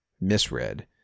Misread